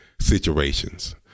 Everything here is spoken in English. situations